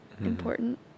Important